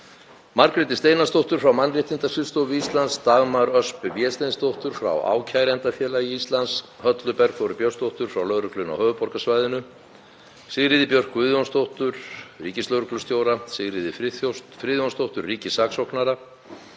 Margréti Steinarsdóttur frá Mannréttindaskrifstofu Íslands, Dagmar Ösp Vésteinsdóttur frá Ákærendafélagi Íslands, Höllu Bergþóru Björnsdóttur frá lögreglunni á höfuðborgarsvæðinu, Sigríði Björk Guðjónsdóttur ríkislögreglustjóra, Sigríði Friðjónsdóttur ríkissaksóknara,